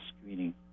screening